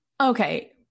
Okay